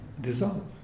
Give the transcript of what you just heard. dissolve